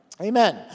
Amen